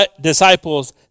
disciples